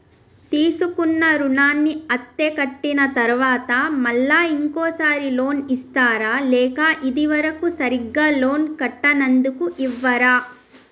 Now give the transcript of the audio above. తీసుకున్న రుణాన్ని అత్తే కట్టిన తరువాత మళ్ళా ఇంకో సారి లోన్ ఇస్తారా లేక ఇది వరకు సరిగ్గా లోన్ కట్టనందుకు ఇవ్వరా?